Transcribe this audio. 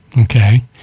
Okay